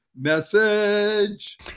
message